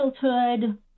childhood